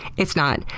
it's not.